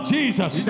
Jesus